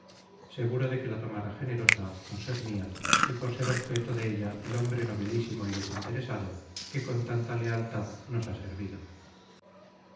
seguro de que la tomará generosa por ser mía y por ser objeto de ella el hombre nobilísimo y desinteresado que con tanta lealtad nos ha servido